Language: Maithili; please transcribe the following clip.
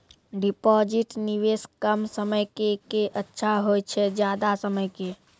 डिपॉजिट निवेश कम समय के के अच्छा होय छै ज्यादा समय के?